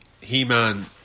He-Man